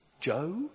Joe